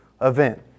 event